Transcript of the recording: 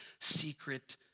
secret